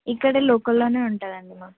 ఇక్కడే లోకల్లోనే ఉంటుందండి